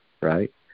Right